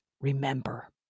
remember